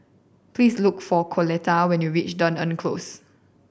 please look for Coletta when you reach Dunearn Close